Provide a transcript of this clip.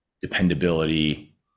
dependability